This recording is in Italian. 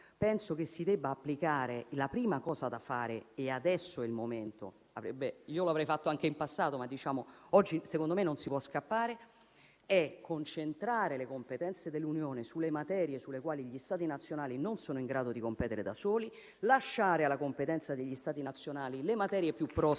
andiamo da nessuna parte. La prima cosa da fare - e adesso è il momento, anche se io l'avrei fatto già in passato, ma oggi, secondo me, non si può scappare - è concentrare le competenze dell'Unione sulle materie sulle quali gli Stati nazionali non sono in grado di competere da soli e lasciare alla competenza degli Stati nazionali le materie più prossime